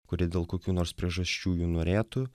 kurie dėl kokių nors priežasčių jų norėtų